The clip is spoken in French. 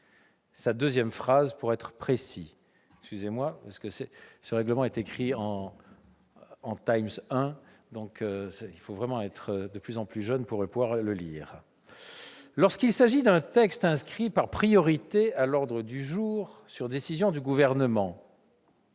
5, deuxième phrase :« Lorsqu'il s'agit d'un texte inscrit par priorité à l'ordre du jour sur décision du Gouvernement,